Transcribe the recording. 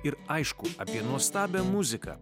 ir aišku apie nuostabią muziką